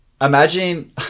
imagine